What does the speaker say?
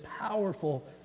powerful